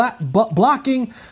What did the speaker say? blocking